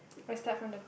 we start from the